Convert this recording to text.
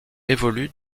évolue